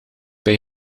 bij